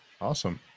Awesome